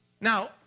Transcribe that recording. Now